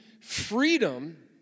freedom